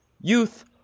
Youth